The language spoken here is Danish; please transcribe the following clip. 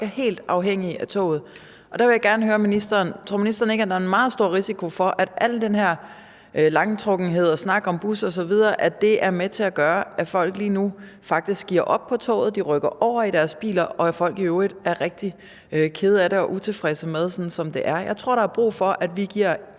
er helt afhængige af toget. Jeg vil gerne høre ministeren: Tror ministeren ikke, at der er en meget stor risiko for, at al den her trækken i langdrag og snak om busser osv. er med til at gøre, at folk lige nu faktisk opgiver toget og rykker over i deres biler, og at folk i øvrigt er rigtig kede af det og utilfredse med, hvordan situationen er? Jeg tror, der er brug for, at vi både